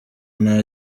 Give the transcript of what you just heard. nta